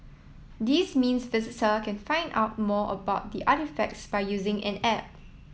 this means visitor can find out more about the artefacts by using an app